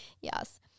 Yes